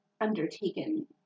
undertaken